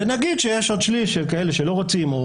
ונגיד שיש עוד שליש של כאלה שלא רוצים או